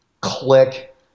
click